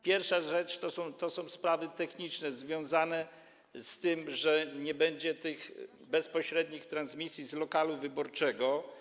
Pierwsza rzecz to są sprawy techniczne, związane z tym, że nie będzie bezpośrednich transmisji z lokalu wyborczego.